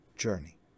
Journey